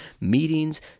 meetings